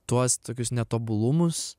tuos tokius netobulumus